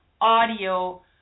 audio